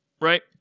right